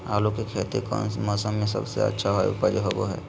आलू की खेती कौन मौसम में सबसे अच्छा उपज होबो हय?